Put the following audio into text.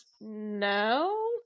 No